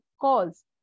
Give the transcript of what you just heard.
calls